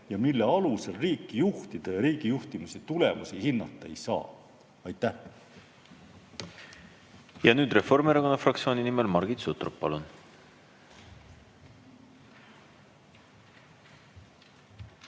ja mille alusel riiki juhtida ja riigi juhtimise tulemusi hinnata ei saa. Aitäh! Reformierakonna fraktsiooni nimel Margit Sutrop,